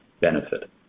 benefit